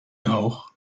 auch